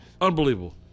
unbelievable